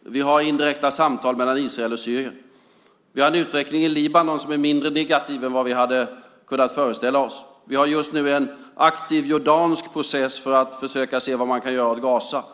Vi har indirekta samtal mellan Israel och Syrien. Vi har en utveckling i Libanon som är mindre negativ än vad vi hade kunnat föreställa oss. Vi har just nu en aktiv jordansk process för att försöka se vad man kan göra åt Gaza.